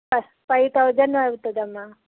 five thousand అవుతుందమ్మా